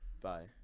Bye